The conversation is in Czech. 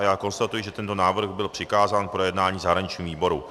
Já konstatuji, že tento návrh byl přikázán k projednání zahraničnímu výboru.